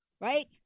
right